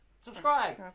Subscribe